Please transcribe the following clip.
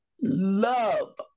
love